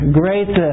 great